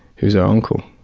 who was our uncle.